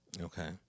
Okay